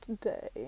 today